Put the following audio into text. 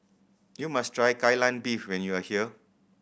you must try Kai Lan Beef when you are here